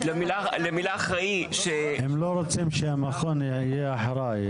הם לא רוצים שהמכון יהיה אחראי.